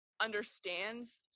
understands